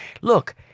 Look